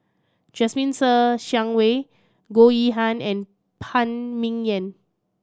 Jasmine Ser Xiang Wei Goh Yihan and Phan Ming Yen